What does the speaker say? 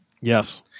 Yes